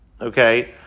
okay